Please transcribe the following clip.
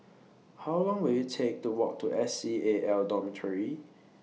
How Long Will IT Take to Walk to S C A L Dormitory